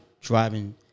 driving